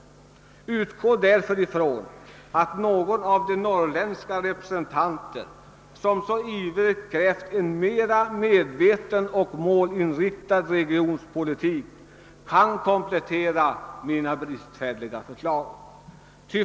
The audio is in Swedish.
Jag utgår därför från att någon av de norrländska representanter som så ivrigt krävt en mera målinriktad regionpolitik kan komplettera mina bristfälliga förslag.